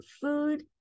food